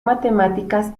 matemáticas